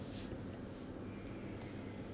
it's